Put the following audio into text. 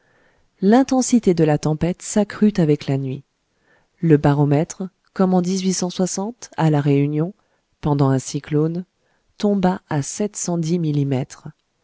l'intensité de la tempête s'accrut avec la nuit le baromètre comme en à la réunion pendant un cyclone tomba à millimètres